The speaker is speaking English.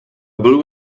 blue